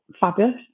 fabulous